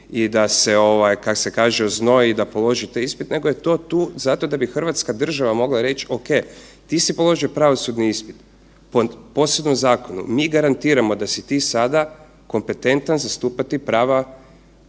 i da se kak se kaže oznoji i da položi taj ispit nego je to tu zato da bi Hrvatska država mogla reći ok, ti si položio pravosudni ispit po posebnom zakonu, mi garantiramo da si ti sada kompetentan zastupati prava